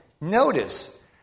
notice